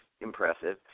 impressive